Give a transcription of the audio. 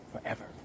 forever